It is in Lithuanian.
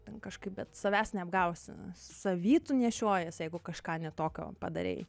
ten kažkaip bet savęs neapgausi savy tu nešiojies jeigu kažką ne tokio padarei